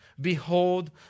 Behold